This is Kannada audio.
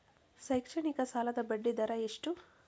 ಶೈಕ್ಷಣಿಕ ಸಾಲದ ಬಡ್ಡಿ ದರ ಎಷ್ಟು?